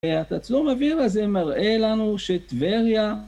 התצלום האוויר הזה מראה לנו שטבריה...